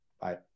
Bye